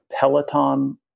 Peloton